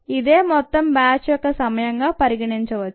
ఇదే మొత్తం బ్యాచ్ యొక్క సమయంగా పరిగణించవచ్చు